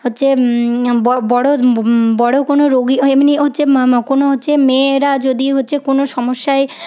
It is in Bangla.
হচ্ছে বড়ো বড়ো কোনো রুগী এমনি হচ্ছে কোনো হচ্ছে মেয়েরা যদি হচ্ছে কোনো সমস্যায়